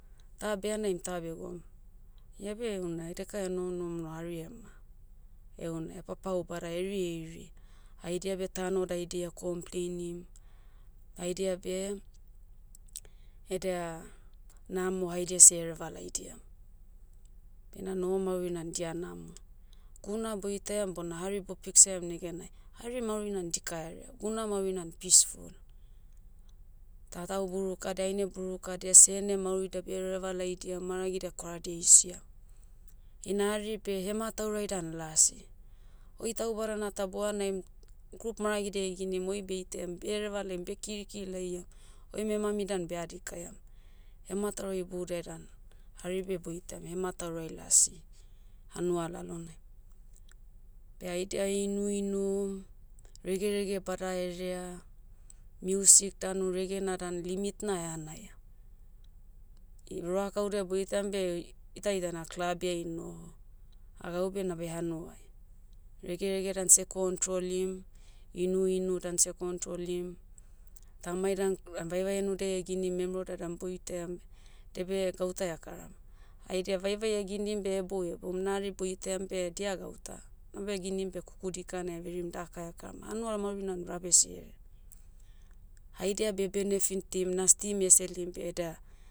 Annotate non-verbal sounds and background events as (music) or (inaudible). Ta behanaim ta begoum, ia beh ouna edekai eno nom lo hari ema. Heuna hepapau bada heirieiri. Haidia beh tano daidia kompleinim. Haidia beh, edea, namo haidia seh ereva laidiam. Bena nohomauri na dia namo. Guna boitaiam bona hari bo piksaiam negenai, hari maurina dikaerea guna maurinan peaceful. Tatau burukada haine burukadia sene mauridia behereva laidiam maragidia kwaradia eisiam. Ina hari beh hemataurai dan lasi. Oi tau badana ta bohanaim, group maragidia (hesitation) ginim oi beitaiam behereva laim beh kirikiri laia, oim hemami dan bea dikaiam. Hemataurai iboudiai dan, hari beh boitaiam hemataurai lasi, hanua lalonai. Beh aidia inuinu, regerege badaerea, music danu regena dan limit na eanaia. I roakaudia boitam beh, itaitana club iai noho, ah gaube enabe hanuai. Regerege dan seh kontrolim, inuinu dan seh kontrolim, tamai dan, ahm- vaivai enudiai eginim memerodia dan boitaiam, diabe gauta ekaram. Haidia vaevai eginim beh heboueboum nari boitaiam beh dia gauta, nabe eginim beh kuku dikana everim daka ekaram. Hanua maurinan rabesi herea. Haidia beh benefitim na steam (hesitation) selim beh eda,